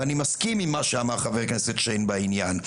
ואני מסכים עם מה שאמר חבר הכנסת שיין בעניין.